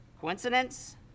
Coincidence